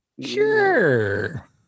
Sure